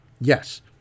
Yes